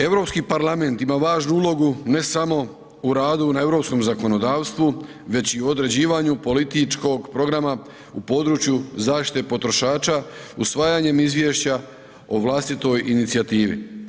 EU parlament ima važnu ulogu, ne samo u radu na EU zakonodavstvu, već i određivanju političkog programa u području zaštite potrošača, usvajanjem izvješća o vlastitoj inicijativi.